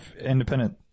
independent